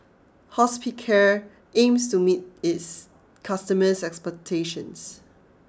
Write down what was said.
Hospicare aims to meet its customers' expectations